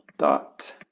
dot